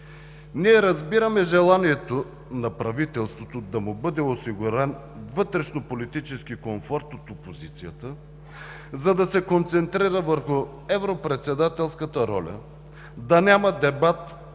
Ние разбираме желанието на правителството да му бъде осигурен вътрешнополитически комфорт от опозицията, за да се концентрира върху европредседателската роля, да няма дебат